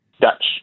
Dutch